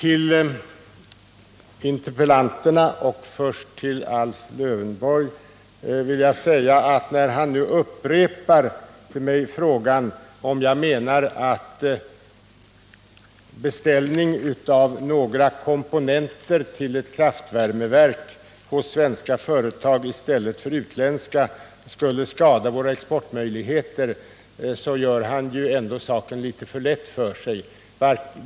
Alf Lövenborg upprepade nu frågan om jag anser att en beställning av några komponenter till ett kraftvärmeverk hos svenska företag i stället för hos utländska skulle skada våra exportmöjligheter. Genom den frågan gör han ändå saken litet för lätt för sig.